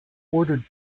ordered